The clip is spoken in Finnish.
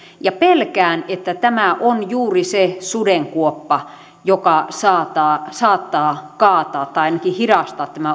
ja pelkään että tämä on juuri se sudenkuoppa joka saattaa saattaa kaataa tai ainakin hidastaa tämän